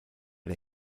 der